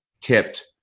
tipped